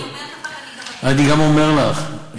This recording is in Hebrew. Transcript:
אז אני אומרת לך, ואני גם, אני גם אומר לך שהרשות,